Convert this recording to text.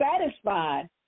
satisfied